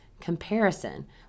comparison